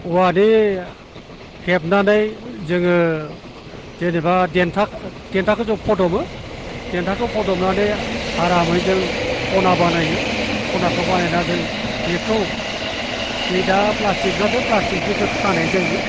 औवानि हेबनानै जोङो जेनेबा देनथाखौ जों फदबो देनथाखौ फदबनानै आरामै जों खना बानायो खनाखौ बानायना जों बेखौ नै दा फ्लास्टिकनाथ' फ्लास्टिकजोंनो खानाय जायो